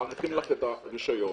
מאריכים לך את הרישיון.